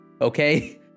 Okay